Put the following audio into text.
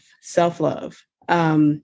Self-love